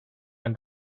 and